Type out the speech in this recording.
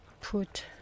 put